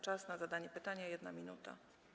Czas na zadanie pytania - 1 minuta.